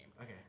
Okay